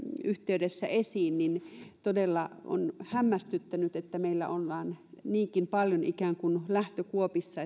yhteydessä esiin ovat todella hämmästyttäneet sillä että meillä on vain niinkin paljon ikään kuin lähtökuopissa